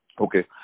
okay